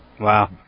Wow